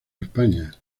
españa